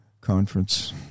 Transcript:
conference